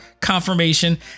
confirmation